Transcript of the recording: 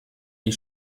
die